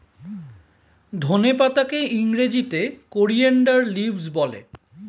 ধনে পাতাকে ইংরেজিতে কোরিয়ানদার লিভস বলে